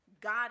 God